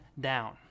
down